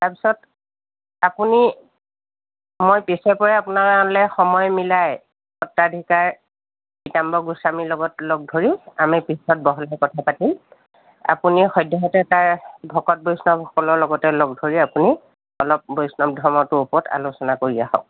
তাৰপিছত আপুনি মই পিছে পৰে আপোনাৰ কাৰণে সময় মিলাই সত্ৰাধিকাৰ পিতাম্বৰ গোস্বামীৰ লগত লগ ধৰি আমি পিছত বহলকৈ কথা পাতিম আপুনি সদ্যহতে তাৰ ভকত বৈষ্ণৱসকলৰ লগতে লগ ধৰি আপুনি অলপ বৈষ্ণৱ ধৰ্মটোৰ ওপৰত আলোচনা কৰি আহক